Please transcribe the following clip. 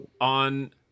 on